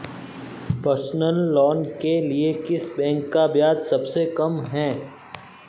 Personal loan के लिए किस बैंक का ब्याज सबसे कम है?